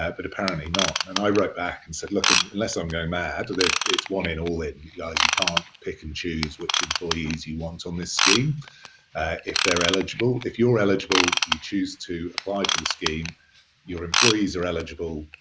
but apparently not. and i wrote back and said, look, ah unless i'm going mad, it's one in, all in. guys, you can pick and choose which employees you want on this scheme if they're eligible. if you're eligible, you choose to apply for the scheme. if your employees are eligible,